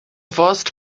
forest